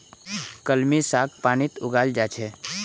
कलमी साग पानीत उगाल जा छेक